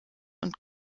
und